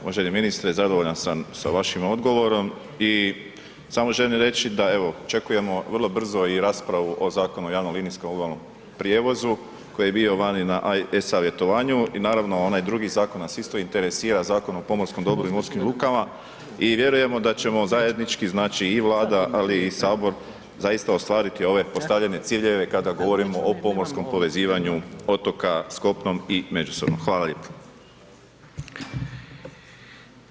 Uvaženi ministre, zadovoljan sam sa vašim odgovorom i samo želim reći da evo očekujemo vrlo brzo i raspravu o Zakonu o javno-linijskom obalnom prijevozu koji je bio vani na e-savjetovanju i naravno, onaj drugi zakon nas isto interesira, Zakon o pomorskom dobru i morskim lukama i vjerujemo da ćemo zajednički, znači i Vlada ali i Sabor zaista ostvariti ove postavljene ciljeve kada govorimo o pomorskom povezivanju otoka s kopnom i međusobno, hvala lijepo.